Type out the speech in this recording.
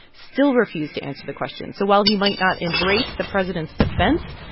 still refused to answer the question. so while he might not embrace the president's defense,